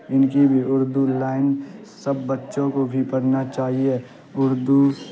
ان کی بھی اردو لائن سب بچوں کو بھی پڑھنا چاہیے اردو